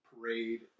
parade